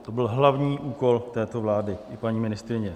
To byl hlavní úkol této vlády i paní ministryně.